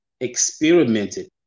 experimented